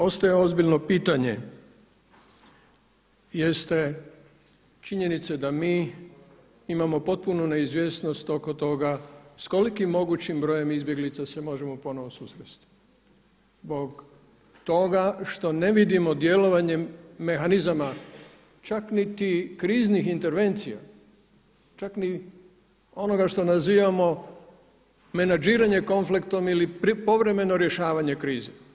Ono što ozbiljno pitanje jeste činjenica da mi imamo potpunu neizvjesnost oko toga s kolikim brojem izbjeglica se možemo ponovo susresti, zbog toga što ne vidimo djelovanje mehanizama čak niti kriznih intervencija, čak ni onoga što nazivamo menadžiranje konflektom ili povremeno rješavanje krize.